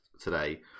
today